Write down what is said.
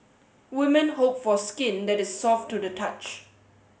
women hope for skin that is soft to the touch